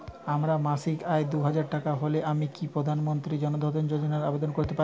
আমার মাসিক আয় দুহাজার টাকা হলে আমি কি প্রধান মন্ত্রী জন ধন যোজনার জন্য আবেদন করতে পারি?